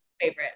Favorite